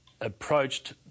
approached